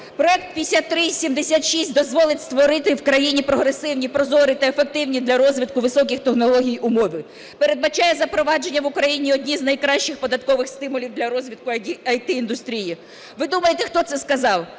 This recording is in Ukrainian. Проект 5376 дозволить створити в країні прогресивні, прозорі та ефективні для розвитку високих технологій умови, передбачає запровадження в Україні одні з найкращих податкових стимулів для розвитку ІТ-індустрії. Ви думаєте, хто це сказав?